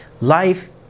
life